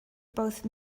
both